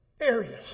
Areas